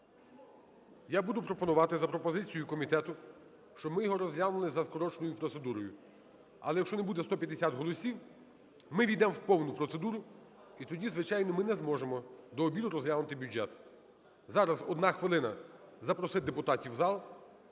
Я буду пропонувати за пропозицією комітету, щоб ми його розглянули за скороченою процедурою. Але якщо не буде 150 голосів, ми увійдемо в повному процедуру і тоді, звичайно, ми не зможемо до обіду розглянути бюджет. Зараз 1 хвилина, запросіть депутатів у зал.